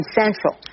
central